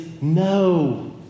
no